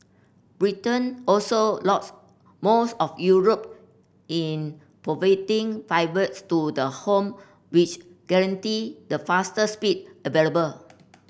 Britain also logs most of Europe in providing fibres to the home which guarantee the fastest speed available